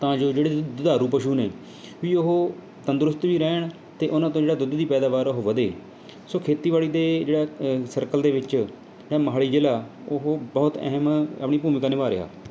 ਤਾਂ ਜੋ ਜਿਹੜੇ ਦੁਧਾਰੂ ਪਸ਼ੂ ਨੇ ਵੀ ਉਹ ਤੰਦਰੁਸਤ ਵੀ ਰਹਿਣ ਅਤੇ ਉਹਨਾਂ ਤੋਂ ਜਿਹੜਾ ਦੁੱਧ ਦੀ ਪੈਦਾਵਾਰ ਉਹ ਵਧੇ ਸੋ ਖੇਤੀਬਾੜੀ ਦੇ ਜਿਹੜਾ ਸਰਕਲ ਦੇ ਵਿੱਚ ਜਿਹੜਾ ਮੋਹਾਲੀ ਜ਼ਿਲ੍ਹਾ ਉਹ ਬਹੁਤ ਅਹਿਮ ਆਪਣੀ ਭੂਮਿਕਾ ਨਿਭਾ ਰਿਹਾ